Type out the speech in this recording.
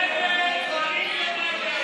ההסתייגות (15) של קבוצת סיעת מרצ,